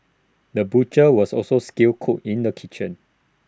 the butcher was also skilled cook in the kitchen